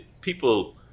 people